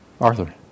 Arthur